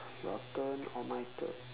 your turn or my turn